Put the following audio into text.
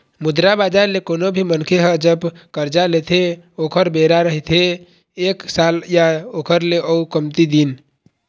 मुद्रा बजार ले कोनो भी मनखे ह जब करजा लेथे ओखर बेरा रहिथे एक साल या ओखर ले अउ कमती दिन